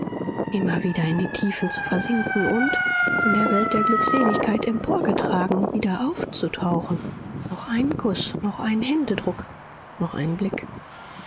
immer wieder in die tiefen zu versinken und von der welt der glückseligkeit emporgetragen wieder aufzutauchen noch einen kuß noch einen händedruck noch einen blick